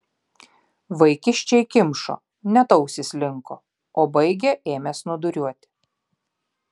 vaikiščiai kimšo net ausys linko o baigę ėmė snūduriuoti